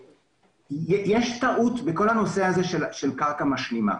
יש טעות בכל הנושא הזה של קרקע משלימה.